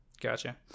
Gotcha